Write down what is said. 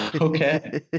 Okay